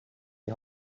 die